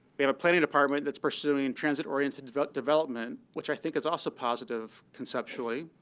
we have a planning department that's pursuing transit oriented and but development, which i think is also positive conceptually,